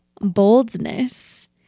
boldness